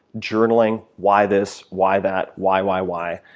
journaling, why this, why that, why, why, why,